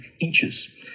inches